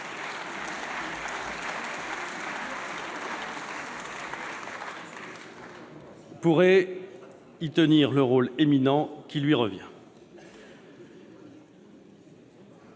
pourrait y tenir le rôle éminent qui lui revient.